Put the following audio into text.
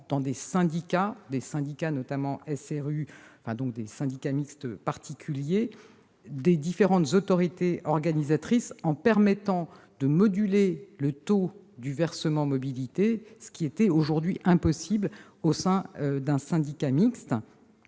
aussi le rapprochement dans des syndicats mixtes particuliers des différentes autorités organisatrices, en permettant de moduler le taux du versement mobilité- ce qui est aujourd'hui impossible -au sein d'un syndicat mixte,